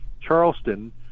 Charleston